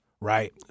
right